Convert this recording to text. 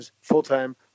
full-time